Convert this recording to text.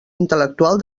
intel·lectual